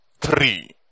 three